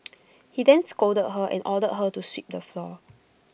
he then scolded her and ordered her to sweep the floor